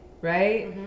right